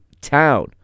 Town